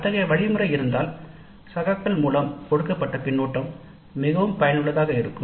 அத்தகைய வழிமுறை இருந்தால் சகாக்கள் மூலம் கொடுக்கப்பட்ட கருத்து மிகவும் பயனுள்ளதாக இருக்கும்